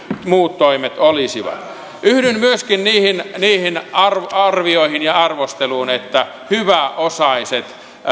muut toimet olisivat yhdyn myöskin niihin niihin arvioihin ja siihen arvosteluun että hyväosaiset